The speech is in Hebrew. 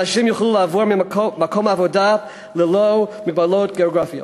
אנשים יוכלו לעבור ממקום עבודה לאחר ללא מגבלות גיאוגרפיות.